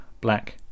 black